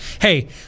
Hey